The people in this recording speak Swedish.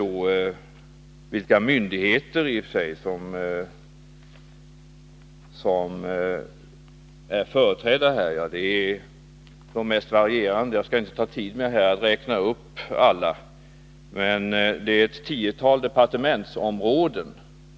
Jag skall inte ta tiden i anspråk med att räkna upp alla de myndigheter som är företrädda, men det rör sig i alla fall om ett tiotal departementsområden.